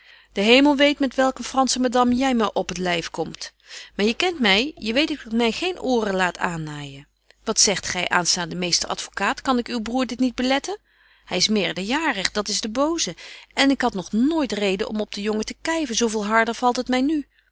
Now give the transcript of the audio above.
de hemel weet met welk een fransche madam je my op t lyf komt maar je kent my je weet dat ik my geen ooren laat aannaaijen wat zegt gy aanstaande meester advocaat kan ik uw broêr dit niet beletten hy is meerderjaarig dat is de boze en ik had nog nooit reden om op den jongen te kyven zo veel te harder valt het my nu